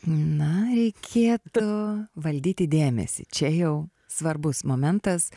na reikėtų valdyti dėmesį čia jau svarbus momentas